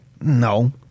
No